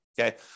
okay